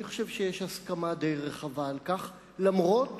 אני חושב שיש הסכמה די רחבה על כך, למרות